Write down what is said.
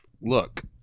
look